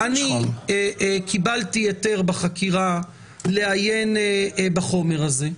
קיבלתי היתר בחקירה לעיין בחומר הזה,